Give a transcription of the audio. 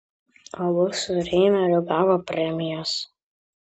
abu su reimeriu gavo premijas